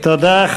תודה.